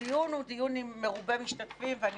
הדיון הוא דיון מרובה משתתפים ואני